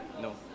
No